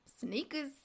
Sneakers